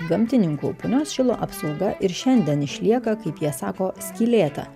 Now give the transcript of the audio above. gamtininkų punios šilo apsauga ir šiandien išlieka kaip jie sako skylėta